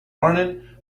morning